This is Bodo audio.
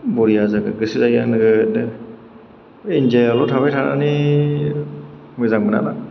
बरिया जागोन गोसो जायो आं नोगोदनो इण्डियायावल' थाबाय थानानै मोजां मोना लां